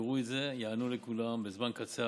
יתגברו את זה, יענו לכולם בזמן קצר.